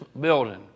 building